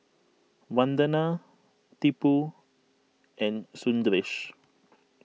Vandana Tipu and Sundaresh